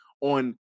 on